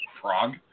frog